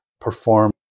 perform